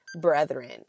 brethren